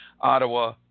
Ottawa